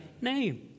name